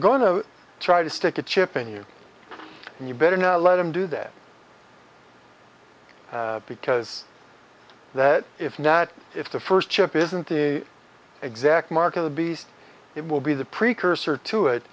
going to try to stick a chip in you and you better not let them do that because that if not if the first chip isn't the exact mark of the beast it will be the precursor to it